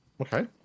Okay